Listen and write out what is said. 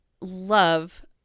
love